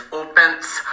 offense